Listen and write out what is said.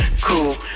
cool